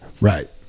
Right